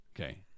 Okay